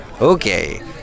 Okay